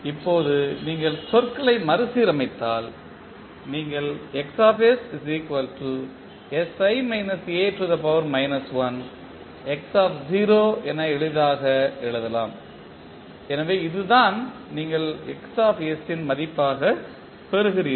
இப்போது நீங்கள் சொற்களை மறுசீரமைத்தால் நீங்கள் என எளிதாக எழுதலாம் எனவே இதுதான் நீங்கள் ன் மதிப்பாக பெறுகிறீர்கள்